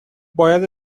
باید